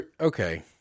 Okay